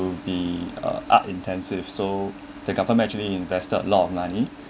to be uh art intensive so the government actually invested a lot of money